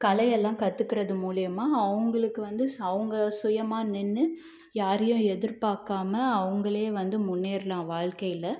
கலையெல்லாம் கற்றுக்கிறது மூலயமா அவங்களுக்கு வந்து அவங்க சுயமாக நின்று யாரையும் எதிர்பார்க்காம அவங்களே வந்து முன்னேறலாம் வாழ்க்கையில